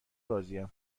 راضیم